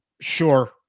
sure